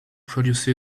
produce